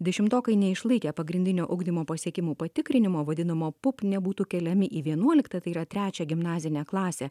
dešimtokai neišlaikė pagrindinio ugdymo pasiekimų patikrinimo vadinamo puk nebūtų keliami į vienuoliktą tai yra trečią gimnazinę klasę